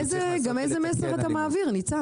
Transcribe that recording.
איזה מסר אתה מעביר ניצן?